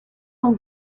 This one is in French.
sont